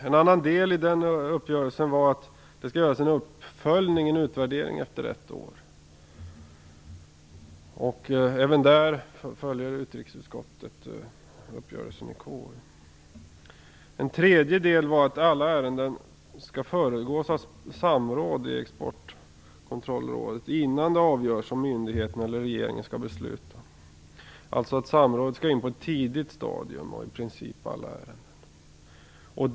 En annan del i uppgörelsen var att det skall göras en utvärdering efter ett år. Även där följer utrikesutskottet uppgörelsen i KU. En tredje del var att alla ärenden skall föregås av samråd i Exportkontrollrådet innan de avgörs av myndigheten eller beslutas av regeringen, alltså samråd på ett tidigt stadium i praktiskt taget alla ärenden.